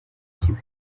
kibi